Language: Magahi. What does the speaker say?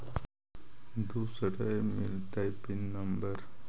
दुसरे मिलतै पिन नम्बर?